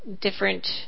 different